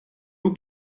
aux